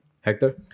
Hector